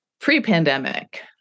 pre-pandemic